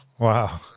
Wow